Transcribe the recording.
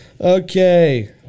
Okay